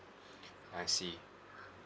I see